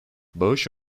bağış